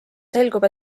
selgub